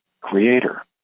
creator